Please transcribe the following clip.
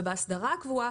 ובהסדרה הקבועה,